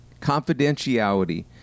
confidentiality